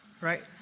right